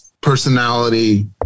personality